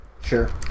Sure